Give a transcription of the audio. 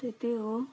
त्यति हो